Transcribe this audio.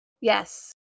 yes